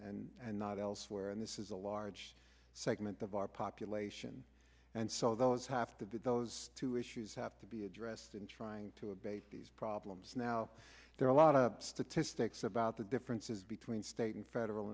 not and not elsewhere and this is a large segment of our population and so those have to do those two issues have to be addressed in trying to abate these problems now there are a lot of statistics about the differences between state and federal